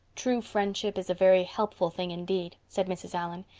true friendship is a very helpful thing indeed, said mrs. allan,